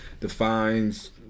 defines